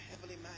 heavily